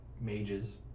mages